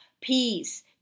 peace